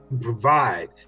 provide